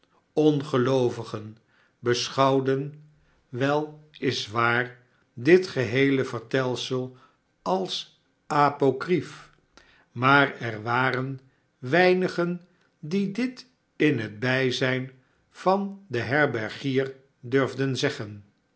ongeloovigen beschouwden wel is waar dit geheele vertelsel als apocrief maar er waren weinigen die dit in het bijzijn van den herbergier durtden zeggen